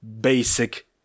basic